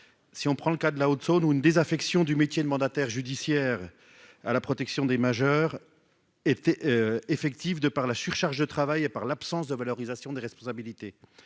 si on prend le cas de la Haute-Saône ou une désaffection du métier de mandataire judiciaire à la protection des majeurs était effective de par la surcharge de travail et par l'absence de valorisation des responsabilités